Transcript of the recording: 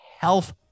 health